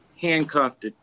handcuffed